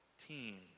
team